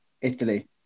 Italy